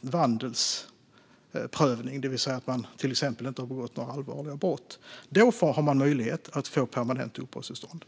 vandelsprövning för att se att personen inte har begått några allvarliga brott. Då har man möjlighet att få permanent uppehållstillstånd.